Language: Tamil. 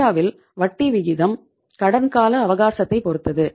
இந்தியாவில் வட்டி விகிதம் கடன்கால அவகாசத்தை பொருத்தது